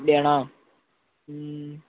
அப்படியாண்ணா